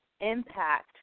impact